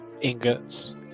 ingots